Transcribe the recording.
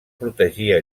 protegia